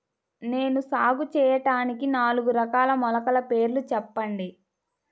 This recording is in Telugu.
నేను సాగు చేయటానికి నాలుగు రకాల మొలకల పేర్లు చెప్పండి?